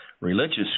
religious